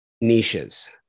niches